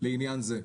לעניין זה.